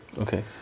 Okay